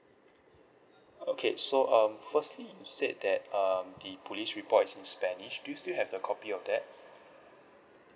okay so um firstly you said that um the police report is in spanish do you still have the copy of that